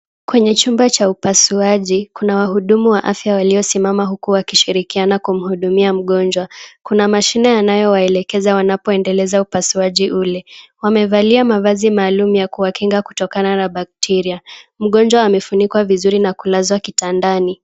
Kwenye chumba cha upasuaji kuna wahudumu wa afya waliosimama huku wakishirikiana kumhudumia mgonjwa. Kuna mashine anayowaelekeza wanapoendeleza upasuaji ule. Wamevalia mavazi maalum ya kuwakinga kutokana na bacteria . Mgonjwa amefunikwa vizuri na kulazwa kitandani.